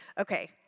Okay